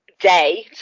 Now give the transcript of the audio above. day